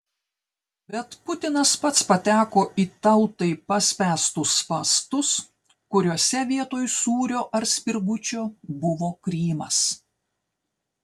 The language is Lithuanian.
bet putinas pats pateko į tautai paspęstus spąstus kuriuose vietoj sūrio ar spirgučio buvo krymas